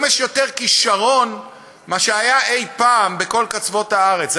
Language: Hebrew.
היום יש יותר כישרון מאשר היה אי-פעם בכל קצוות הארץ.